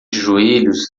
joelhos